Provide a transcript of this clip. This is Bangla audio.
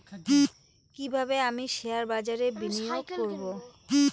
কিভাবে আমি শেয়ারবাজারে বিনিয়োগ করবে?